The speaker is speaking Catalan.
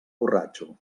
borratxo